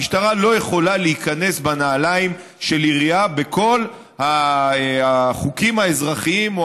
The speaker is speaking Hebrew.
המשטרה לא יכולה להיכנס בנעליים של עירייה בכל החוקים האזרחיים או